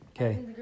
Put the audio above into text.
Okay